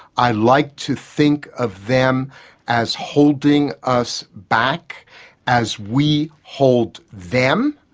i like to think of them as holding us back as we hold them.